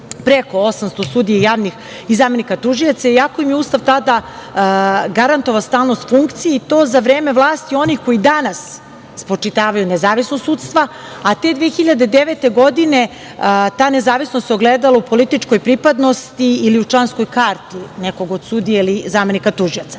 skoro 800 sudija i javnih zamenika tužioca, iako im je Ustav tada garantovao stalnost funkciji i to za vreme vlasti onih koji danas, spočitavaju nezavisnost sudstva, a te 2009. godine, ta nezavisnost se ogledala u političkoj pripadnosti ili u članskoj karti nekog od sudije ili zamenika tužioca. Danas